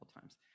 times